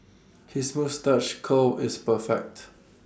his moustache curl is perfect